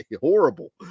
horrible